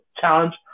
challenge